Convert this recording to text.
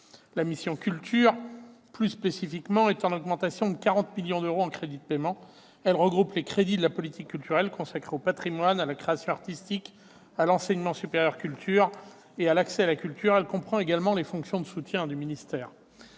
La mission « Culture », plus spécifiquement, est en augmentation de 40 millions d'euros en crédits de paiement. Elle regroupe les crédits de la politique culturelle consacrée aux patrimoines, à la création artistique, à l'enseignement supérieur de la culture et à l'accès à la culture. Elle comprend également les fonctions de soutien du ministère